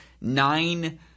nine